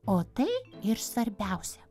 o tai ir svarbiausia